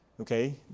okay